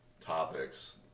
topics